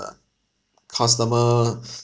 customer